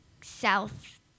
south